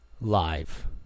live